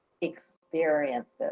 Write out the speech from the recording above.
experiences